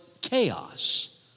chaos